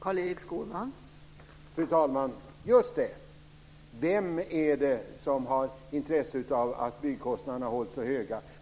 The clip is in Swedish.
Fru talman! Just det. Vem är det som har intresse av att byggkostnaderna hålls så höga?